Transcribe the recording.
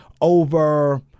over –